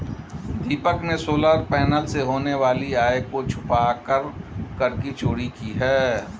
दीपक ने solar panel से होने वाली आय को छुपाकर कर की चोरी की है